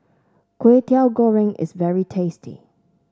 Kway Teow Goreng is very tasty